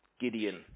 Gideon